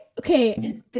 okay